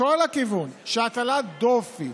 של הטלת דופי